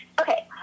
Okay